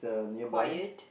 quiet